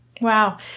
Wow